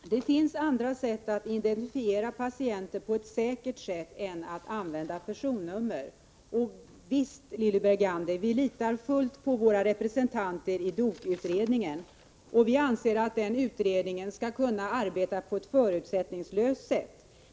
Fru talman! Det finns andra sätt att säkert identifiera patienter än att använda personnummer. Visst, Lilly Bergander, litar vi fullt på våra representanter i dataoch offentlighetskommittén. Vi anser att den utredningen skall kunna arbeta på ett förutsättningslöst sätt.